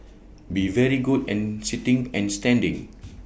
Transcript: be very good and sitting and standing